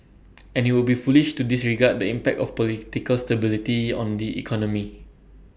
and IT would be foolish to disregard the impact of political stability on the economy